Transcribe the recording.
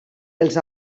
els